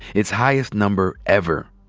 its highest number ever.